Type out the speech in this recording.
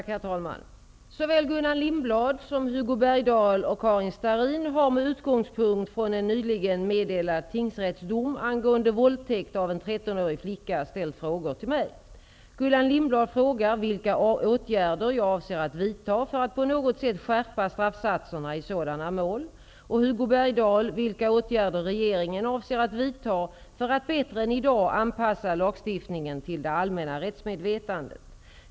Herr talman! Såväl Gullan Lindblad som Hugo Bergdahl och Karin Starrin har med utgångspunkt från en nyligen meddelad tingsrättsdom angående våldtäkt av en 13-årig flicka ställt frågor till mig. Gullan Lindblad frågar vilka åtgärder jag avser att vidta för att på något sätt skärpa straffsatserna i sådana mål och Hugo Bergdahl vilka åtgärder regeringen avser att vidta för att bättre än i dag anpassa lagstiftningen till det allmänna rättsmedvetandet.